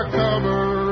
cover